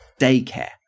daycare